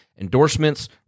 endorsements